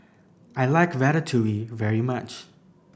I like Ratatouille very much